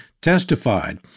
testified